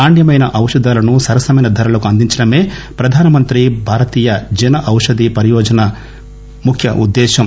నాణ్యమైన ఔషధాలను సరసమైన ధరలకు అందించడమే ప్రధానమంత్రి భారతీయ జన ఔషధి పరియోజన ముఖ్య ఉద్దేశ్యం